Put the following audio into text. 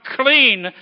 clean